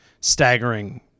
staggering